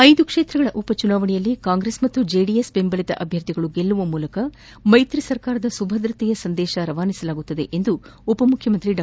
ಐದು ಕ್ಷೇತ್ರಗಳ ಉಪಚುನಾವಣೆಯಲ್ಲಿ ಕಾಂಗ್ರೆಸ್ ಹಾಗೂ ಜೆಡಿಎಸ್ ಬೆಂಬಲಿತ ಅಭ್ಯರ್ಥಿಗಳು ಗೆಲ್ಲುವ ಮೂಲಕ ಮೈತ್ರಿ ಸರ್ಕಾರದ ಸುಭದ್ರತೆಯ ಸಂದೇಶ ರವಾನಿಸಲಾಗುವುದು ಎಂದು ಉಪಮುಖ್ಯಮಂತ್ರಿ ಡಾ